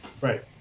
Right